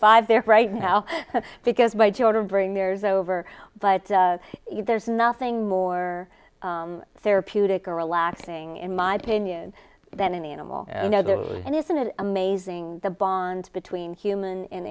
five there right now because my children bring theirs over but there's nothing more therapeutic or relaxing in my opinion than any animal and isn't it amazing the bond between human and